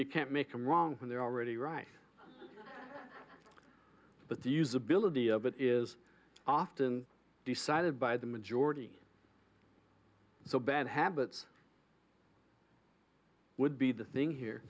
you can't make them wrong when they're already right but the usability of it is often decided by the majority so bad habits would be the thing here